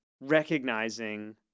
recognizing